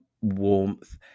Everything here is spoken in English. warmth